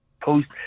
post